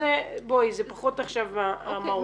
זה פחות עכשיו המהות.